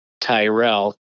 Tyrell